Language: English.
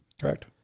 Correct